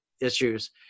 issues